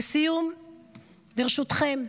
לסיום, ברשותכם,